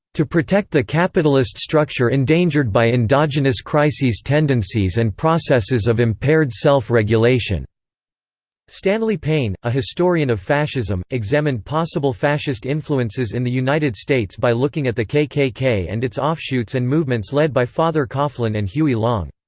to protect the capitalist structure endangered by endogenous crises tendencies and processes of impaired self-regulation stanley payne, a historian of fascism, examined possible fascist influences in the united states by looking at the kkk and its offshoots and movements led by father coughlin and huey long.